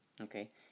okay